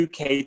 UK